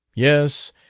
yes,